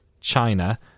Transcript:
China